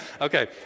Okay